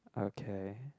okay